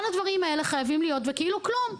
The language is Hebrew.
כל הדברים האלה חייבים להיות וכאילו כלום.